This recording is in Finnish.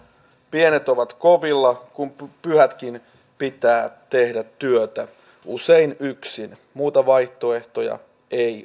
pienet ovat kovilla kun pyhätkin pitää tehdä työtä usein yksin muita vaihtoehtoja ei ole